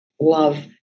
love